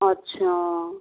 अच्छा